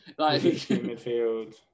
midfield